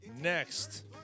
next